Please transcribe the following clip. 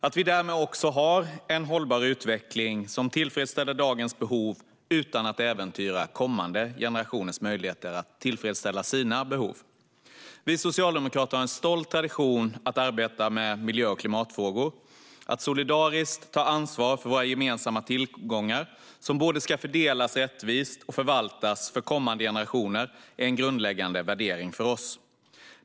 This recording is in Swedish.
Vi har därmed också en hållbar utveckling som tillfredsställer dagens behov utan att äventyra kommande generationers möjligheter att tillfredsställa sina behov. Vi socialdemokrater har en stolt tradition av att arbeta med miljö och klimatfrågor. Att solidariskt ta ansvar för våra gemensamma tillgångar, som både ska fördelas rättvist och ska förvaltas för kommande generationer, är en grundläggande värdering för oss.